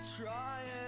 trying